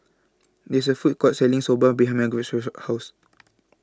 There's A Food Court Selling Soba behind Margarett's House